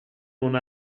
non